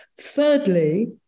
Thirdly